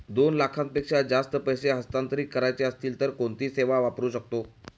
दोन लाखांपेक्षा जास्त पैसे हस्तांतरित करायचे असतील तर कोणती सेवा वापरू शकतो?